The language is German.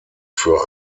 für